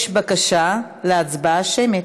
יש בקשה להצבעה שמית.